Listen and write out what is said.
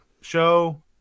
show